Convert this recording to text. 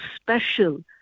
special